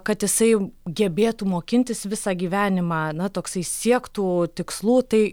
kad jisai gebėtų mokintis visą gyvenimą na toksai siektų tikslų tai